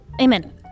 Amen